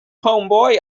homeboy